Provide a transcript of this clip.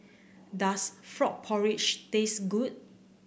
does Frog Porridge taste good